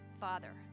Father